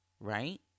right